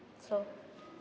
so